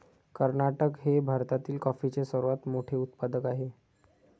कर्नाटक हे भारतातील कॉफीचे सर्वात मोठे उत्पादक आहे